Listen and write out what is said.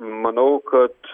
manau kad